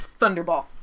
Thunderball